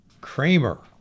Kramer